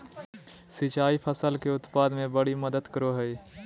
सिंचाई फसल के उत्पाद में बड़ी मदद करो हइ